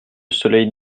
soleil